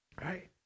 right